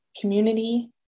community